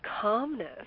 calmness